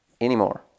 anymore